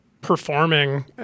performing